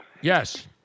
Yes